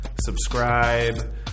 Subscribe